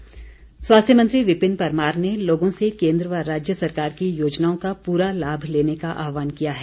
परमार स्वास्थ्य मंत्री विपिन परमार ने लोगों से केन्द्र व राज्य सरकार की योजनाओं का पूरा लाभ लेने का आहवान किया है